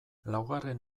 laugarren